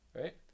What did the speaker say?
right